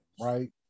right